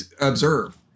observe